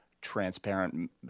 transparent